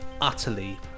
utterly